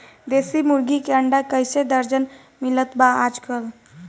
देशी मुर्गी के अंडा कइसे दर्जन मिलत बा आज कल?